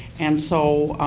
and so,